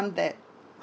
that